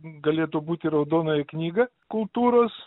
galėtų būt į raudonąją knygą kultūros